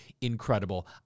incredible